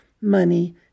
money